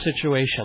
situation